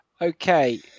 Okay